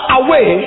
away